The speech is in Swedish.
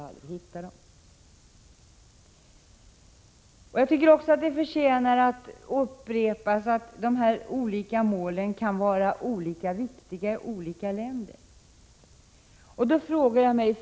Vi skulle aldrig hitta dem. Det förtjänar också att upprepas att dessa mål kan vara olika viktiga i skilda länder.